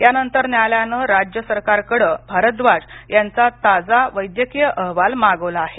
यानंतर न्यायालयानं राज्य सरकारकडं भारद्वाज यांचा ताजा वैद्यकीय अहवाल मागवला आहे